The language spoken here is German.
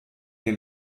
den